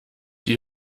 die